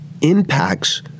impacts